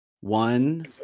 one